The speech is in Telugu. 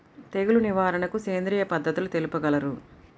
తెగులు నివారణకు సేంద్రియ పద్ధతులు తెలుపగలరు?